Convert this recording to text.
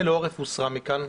למה ועדת המשנה לעורף הוסרה מכאן?